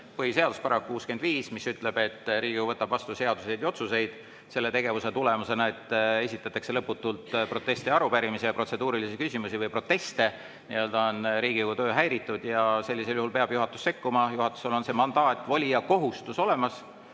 põhiseaduse § 65, mis ütleb, et Riigikogu võtab vastu seaduseid ja otsuseid. Selle tegevuse tulemusena, et esitatakse lõputult proteste, arupärimisi ja protseduurilisi küsimusi või proteste, on Riigikogu töö häiritud ja sellisel juhul peab juhatus sekkuma. Juhatusel on see mandaat, voli ja kohustus olemas